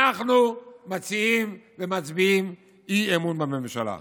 אנחנו מציעים ומצביעים אי-אמון בממשלה.